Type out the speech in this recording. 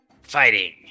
fighting